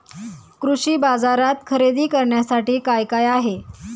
कृषी बाजारात खरेदी करण्यासाठी काय काय आहे?